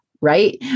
right